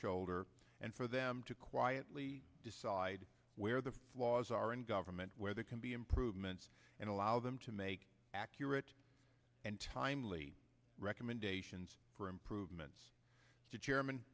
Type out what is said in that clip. shoulder and for them to quietly decide where the flaws are in government where there can be improvements and allow them to make accurate and timely recommendations for improvements